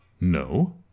No